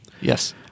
Yes